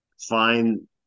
find